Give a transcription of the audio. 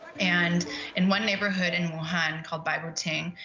and in one neighborhood in wuhan, called baibuting,